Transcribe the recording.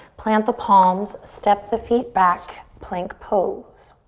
plant the palms, step the feet back, plank pose.